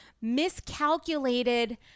miscalculated